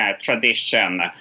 tradition